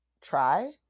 try